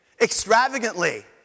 extravagantly